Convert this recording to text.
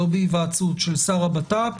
לא בהיוועצות של שר הבט"פ,